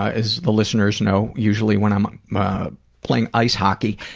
as the listeners know, usually when i'm i'm playing ice hockey.